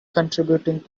contributing